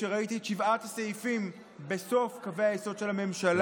כשראיתי את שבעת הסעיפים בסוף קווי היסוד של הממשלה,